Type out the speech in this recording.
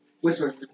Whisper